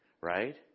right